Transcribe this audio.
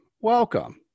welcome